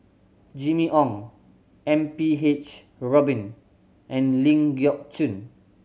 Jimmy Ong M P H Rubin and Ling Geok Choon